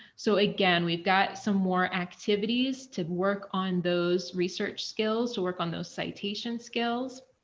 so again, we've got some more activities to work on those research skills to work on those citation skills.